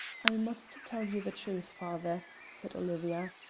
i must tell you the truth, father, said olivia.